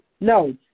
No